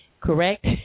correct